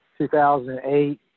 2008